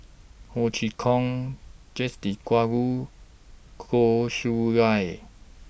Ho Chee Kong Jacques De Goh Chiew Lye